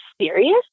serious